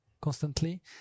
constantly